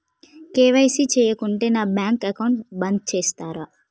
KYC చేయకుంటే నా bank account బంద్ చేస్తరా?